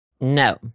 No